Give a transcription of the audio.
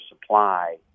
supply